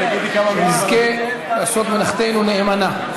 שנזכה לעשות מלאכתנו נאמנה.